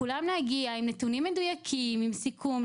כולם להגיע עם נתונים מדויקים ועם סיכום,